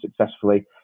successfully